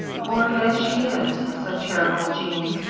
horrid as she is, said charitable jean,